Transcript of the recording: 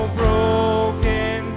broken